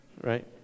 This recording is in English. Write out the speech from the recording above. right